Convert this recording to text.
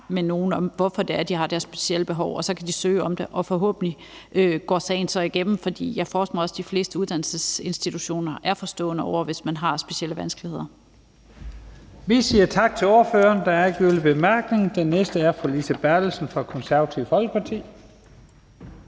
med nogen om, hvorfor de har deres specielle behov. Og så kan de søge om det, og forhåbentlig går sagen så igennem. Jeg forestiller mig også, at de fleste uddannelsesinstitutioner er forstående, hvis man har specielle vanskeligheder. Kl. 18:52 Første næstformand (Leif Lahn Jensen): Vi siger tak til ordføreren. Der er ikke yderligere korte bemærkninger. Den næste er fru Lise Bertelsen fra Det Konservative Folkeparti.